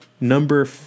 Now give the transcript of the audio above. Number